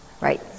Right